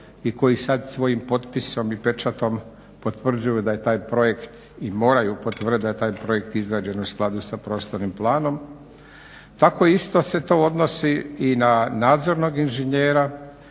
i koji sad svojim potpisom i pečatom potvrđuju da je taj projekt i moraju potvrditi da je taj projekt izgrađen u skladu sa prostornim planom tako isto se to odnosi i na nadzornog inženjera